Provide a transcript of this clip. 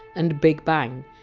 and! big bang,